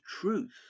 truth